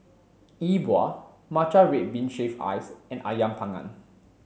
Yi Bua Matcha Red Bean Shaved Ice and Ayam panggang